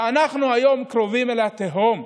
ואנחנו היום קרובים אל התהום.